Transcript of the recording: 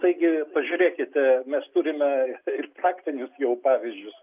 taigi pažiūrėkite mes turime ir praktinius jau pavyzdžius